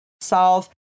solve